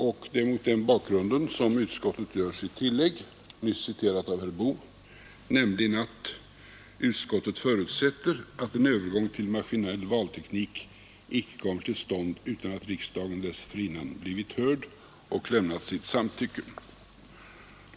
Det är mot den bakgrunden som utskottet har gjort sitt tillägg, tidigare citerat av herr Boo, nämligen att ”utskottet förutsätter att en övergång till maskinell valteknik inte kommer till stånd utan att riksdagen dessförinnan blivit hörd och lämnat sitt samtycke”.